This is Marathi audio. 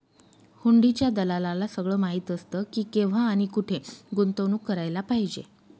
हुंडीच्या दलालाला सगळं माहीत असतं की, केव्हा आणि कुठे गुंतवणूक करायला पाहिजे